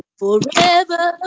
forever